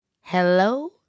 Hello